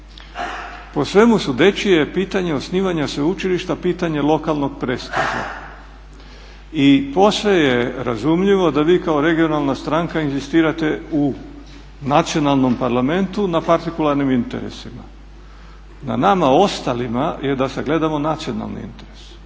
Po svemu sudeći je pitanje osnivanja sveučilišta pitanje lokalnog prestiža i posve je razumljivo da vi kao regionalna stranka inzistirate u nacionalnom parlamentu na partikularnim interesima. Na nama ostalima je da sagledamo nacionalni interes.